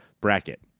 bracket